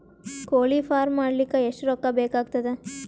ಕೋಳಿ ಫಾರ್ಮ್ ಮಾಡಲಿಕ್ಕ ಎಷ್ಟು ರೊಕ್ಕಾ ಬೇಕಾಗತದ?